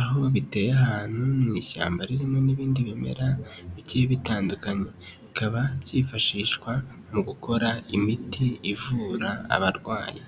aho biteye ahantu mu ishyamba ririmo n'ibindi bimera bigiye bitandukanye bikaba byifashishwa mu gukora imiti ivura abarwayi